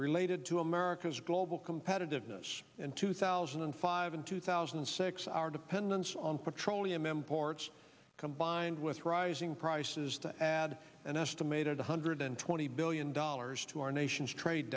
related to america's global competitiveness in two thousand and five and two thousand and six our dependence on petroleum imports combined with rising prices to add an estimated one hundred twenty billion dollars to our nation's trade